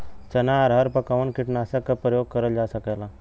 चना अरहर पर कवन कीटनाशक क प्रयोग कर जा सकेला?